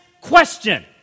question